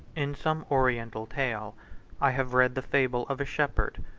in some oriental tale i have read the fable of a shepherd,